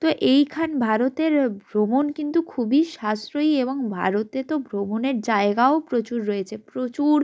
তো এইখান ভারতের ভ্রমণ কিন্তু খুবই সাশ্রয়ী এবং ভারতে তো ভ্রমণের জায়গাও প্রচুর রয়েছে প্রচুর